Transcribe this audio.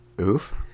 Oof